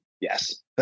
yes